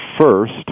first